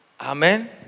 Amen